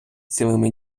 цілими